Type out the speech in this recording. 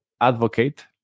advocate